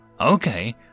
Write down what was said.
okay